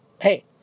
hey